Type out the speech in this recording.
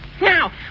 Now